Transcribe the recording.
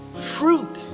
Fruit